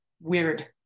weird